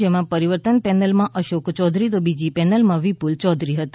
જેમાં પરિવર્તન પેનલમાં અશોક ચૌધરી તો બીજી પેનલમાં વિપુલ ચૌધરી હતા